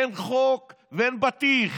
אין חוק ואין בטיח,